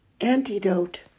Antidote